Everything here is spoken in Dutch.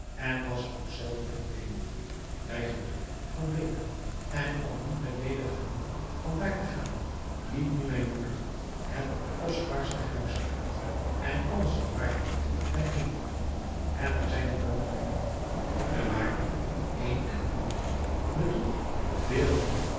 en was ook zelve verdwenen bij gebrek van beter en om niet met ledige handen van daar te gaan liet nu mijn broeder het kostbaarste huisraad en alles wat waarde had bijeenpakken en naar zijne woning brengen de waarde van een en ander bedroeg veel meer